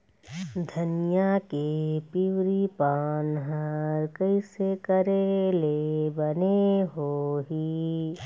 धनिया के पिवरी पान हर कइसे करेले बने होही?